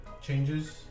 changes